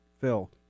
Phil